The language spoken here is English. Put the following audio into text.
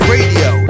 Radio